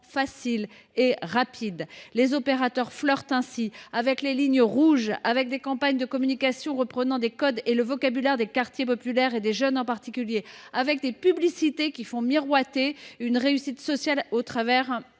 facile et rapide. Les opérateurs flirtent ainsi avec les lignes rouges, avec des actions de communication reprenant les codes et le vocabulaire des quartiers populaires, et des jeunes en particulier, avec des publicités qui font miroiter une réussite sociale à travers